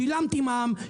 שילמתי מע"מ,